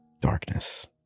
darkness